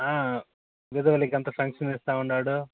విధవులకి అంతా పెన్షన్ ఇస్తున్నాడు